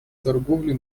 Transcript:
торговли